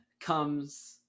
comes